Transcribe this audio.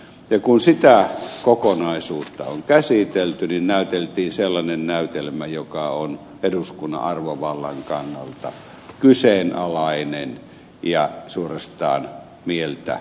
kun sitä kokonaisuutta on käsitelty niin näyteltiin sellainen näytelmä joka on eduskunnan arvovallan kannalta kyseenalainen ja suorastaan mieltä liikuttava